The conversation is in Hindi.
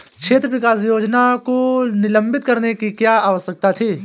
क्षेत्र विकास योजना को निलंबित करने की क्या आवश्यकता थी?